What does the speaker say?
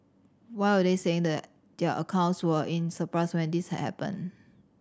why were they saying that their accounts were in surplus when this had happened